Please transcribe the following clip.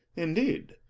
indeed!